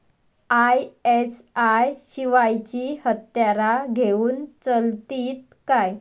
ISI शिवायची हत्यारा घेऊन चलतीत काय?